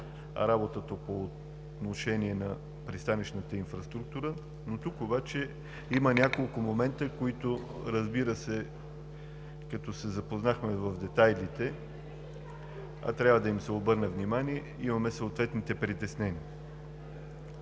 работата по отношение на пристанищната инфраструктура. Тук обаче има няколко момента, които, разбира се, като се запознахме в детайли, трябва да им се обърне внимание, имаме съответните притеснения.